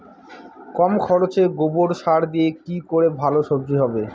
কম খরচে গোবর সার দিয়ে কি করে ভালো সবজি হবে?